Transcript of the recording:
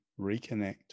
reconnect